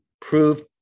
proved